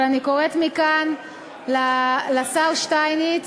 אבל אני קוראת מכאן לשר שטייניץ,